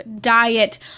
diet